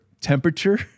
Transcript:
temperature